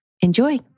Enjoy